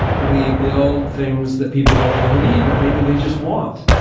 we build things that people don't really need but maybe they just want.